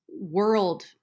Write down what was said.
world